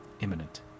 imminent